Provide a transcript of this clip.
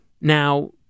Now